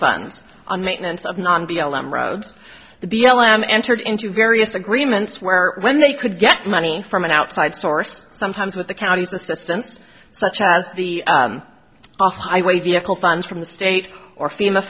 funds on maintenance of non b l m roads the b l m entered into various agreements where when they could get money from an outside source sometimes with the counties assistance such as the way vehicle funds from the state or fema